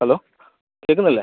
hello കേൾക്കുന്നില്ലേ